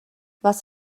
was